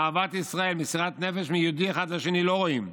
אהבת ישראל, מסירת נפש מיהודי אחד לשני, לא רואים.